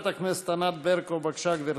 חברת הכנסת ענת ברקו, בבקשה, גברתי.